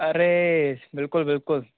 अरे बिल्कुलु बिल्कुलु